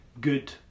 good